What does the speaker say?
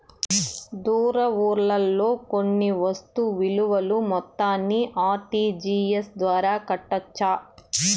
దూర ఊర్లలో కొన్న వస్తు విలువ మొత్తాన్ని ఆర్.టి.జి.ఎస్ ద్వారా కట్టొచ్చా?